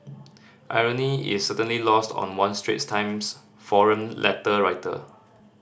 irony is certainly lost on one Straits Times forum letter writer